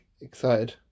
excited